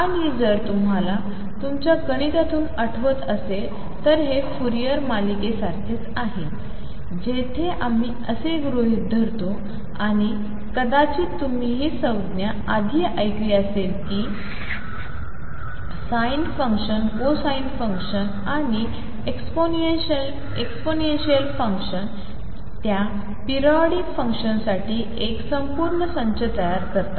आणि जर तुम्हाला तुमच्या गणितातून आठवत असेल तर हे फूरियर मालिकेसारखेच आहे जिथे आम्ही असे गृहीत धरतो आणि कदाचित तुम्ही ही संज्ञा आधी ऐकली असेल की sin फंक्शन कोसाइन फंक्शन आणि एक्सपोनेन्शियल फंक्शन त्या पिरिऑडिक फंक्शन्ससाठी एक संपूर्ण संच तयार करतात